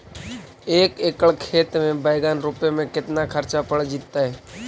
एक एकड़ खेत में बैंगन रोपे में केतना ख़र्चा पड़ जितै?